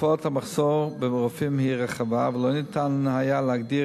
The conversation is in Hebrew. תופעת המחסור ברופאים היא רחבה ולא ניתן היה להגדיר